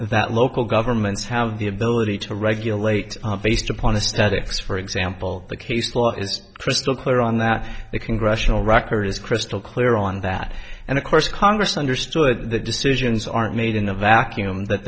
that local governments have the ability to regulate based upon a statics for example the case law is crystal clear on that the congressional record is crystal clear on that and of course congress understood that decisions are made in a vacuum